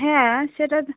হ্যাঁ সেটা